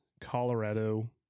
Colorado